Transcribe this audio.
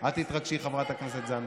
אל תתרגשי, חברת הכנסת זנדברג.